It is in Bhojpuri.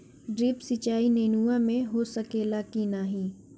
ड्रिप सिंचाई नेनुआ में हो सकेला की नाही?